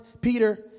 Peter